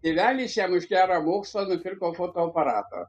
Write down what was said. tėvelis jam už gerą mokslą nupirko fotoaparatą